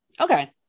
Okay